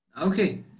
okay